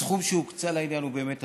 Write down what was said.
הסכום שהוקצה לעניין הוא באמת עצום,